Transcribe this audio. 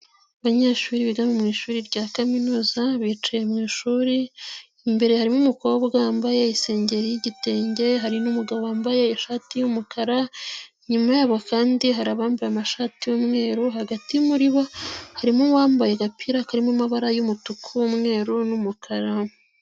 Abanyeshuri biga mu ishuri rya kaminuza bicaye mwishuri, imbere harimo umukobwa wambaye isengeri y'igitenge, hari n'umugabo wambaye ishati y'umukara, inyuma yabo kandi hari abambaye amashati y'umweru, hagati muri bo harimo uwambaye agapira karimo amabara y'umutuku n'umweru n'umukara.